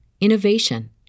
innovation